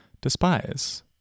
despise